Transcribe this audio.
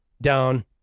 down